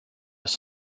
also